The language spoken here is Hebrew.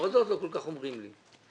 במורדות לא כל כך אומרים לי.